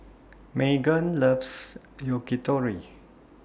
Meggan loves Yakitori